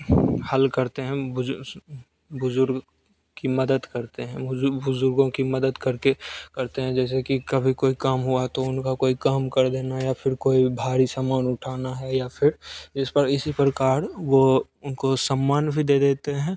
हल करते हैं बुज़ुर्ग की मदद करते हैं बुज़ुर्गों की मदद करके करते हैं जैसे कि कभी कोई काम हुआ तो उनका कोई काम कर देना या फिर कोई भारी सामान उठाना है या फिर जिस पर इसी प्रकार वो उनको सम्मान भी दे देते हैं